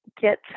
get